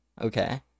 okay